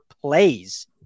plays